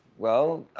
well,